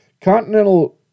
continental